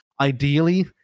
ideally